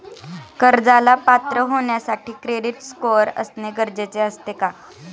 कर्जाला पात्र होण्यासाठी क्रेडिट स्कोअर असणे गरजेचे असते का?